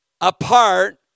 apart